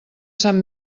sant